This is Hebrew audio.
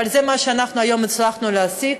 אבל זה מה שאנחנו היום הצלחנו להשיג,